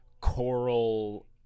choral